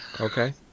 Okay